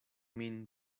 min